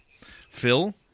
Phil